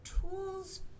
tools